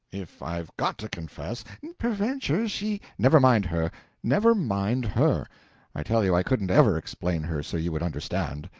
if i've got to confess peradventure she never mind her never mind her i tell you i couldn't ever explain her so you would understand.